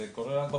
זה קורה רק בבנקים.